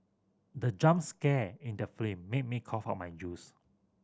the jump scare in the film made me cough out my juice